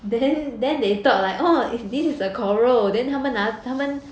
then then they thought like oh if this is a quarrel then 他们那他们